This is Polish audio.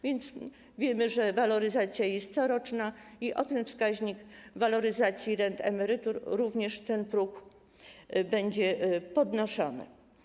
Więc wiemy, że waloryzacja jest coroczna i o ten wskaźnik waloryzacji rent i emerytur również ten próg będzie podnoszony.